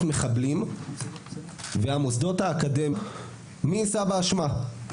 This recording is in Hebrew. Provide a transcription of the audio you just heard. מחבלים והמוסדות האקדמיים לא עושים עם זה דבר,